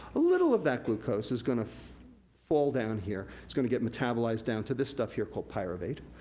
a little of that glucose is gonna fall down here, it's gonna get metabolized down to this stuff here, called pyruvate.